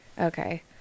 Okay